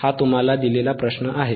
हा तुम्हाला दिलेला प्रश्न आहे